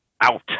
out